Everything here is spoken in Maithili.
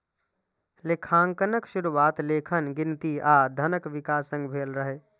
लेखांकनक शुरुआत लेखन, गिनती आ धनक विकास संग भेल रहै